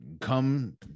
come